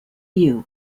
you